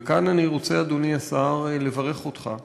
וכאן אני רוצה, אדוני השר, לברך אותך דווקא,